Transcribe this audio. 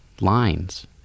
lines